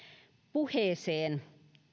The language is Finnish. puheeseen